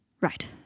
Right